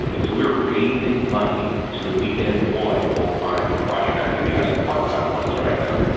and so we're raising money so that we can employ full-time project managers. we have some part-time ones right now.